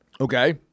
Okay